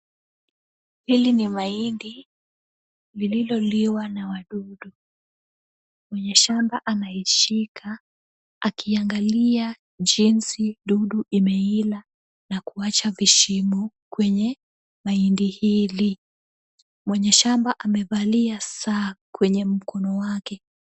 Hili ni mahindi lililoliwa na wadudu. Mwenye shamba anaishika akiangalia jinsi dudu imeila na kuwacha vishimo kwenye mahindi hili. Mwenye shamba amevalia saa kwenye mkono wake.